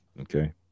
okay